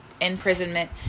imprisonment